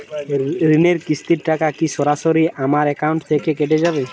ঋণের কিস্তির টাকা কি সরাসরি আমার অ্যাকাউন্ট থেকে কেটে যাবে?